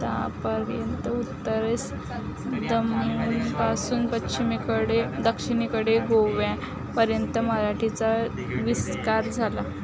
ता पर्यंत उत्तरेस दमणपासून पश्चिमेकडे दक्षिणेकडे गोव्या पर्यंत मराठीचा विस्तार झाला